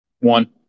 One